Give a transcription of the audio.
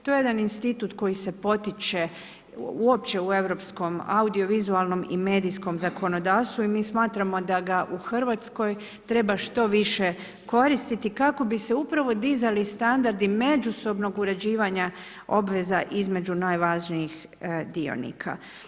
To je jedan institut koji se potiče uopće u europskom, audiovizualnom i medijskom zakonodavstvu i mi smatramo da ga u Hrvatskoj treba što više koristiti kako bi se upravo dizali standardi međusobnog uređivanja obveza između najvažnijih dionika.